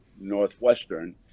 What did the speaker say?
Northwestern